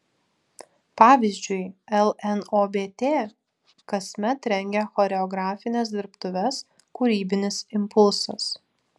pavyzdžiui lnobt kasmet rengia choreografines dirbtuves kūrybinis impulsas